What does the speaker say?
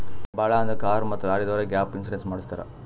ಭಾಳ್ ಅಂದುರ್ ಕಾರ್ ಮತ್ತ ಲಾರಿದವ್ರೆ ಗ್ಯಾಪ್ ಇನ್ಸೂರೆನ್ಸ್ ಮಾಡುಸತ್ತಾರ್